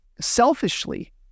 Selfishly